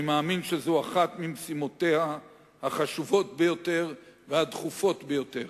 אני מאמין שזו אחת ממשימותיה החשובות ביותר והדחופות ביותר